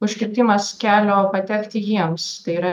užkirtimas kelio patekti jiems tai yra